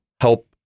help